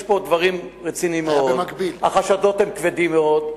יש כאן דברים רציניים מאוד, החשדות הם כבדים מאוד.